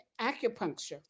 acupuncture